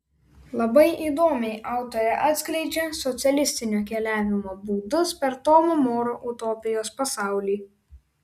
labai įdomiai autorė atskleidžia socialistinio keliavimo būdus per tomo moro utopijos pasaulį